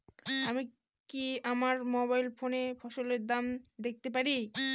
আমি কি আমার মোবাইল ফোনে ফসলের দাম দেখতে পারি?